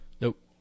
Nope